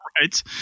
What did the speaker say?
Right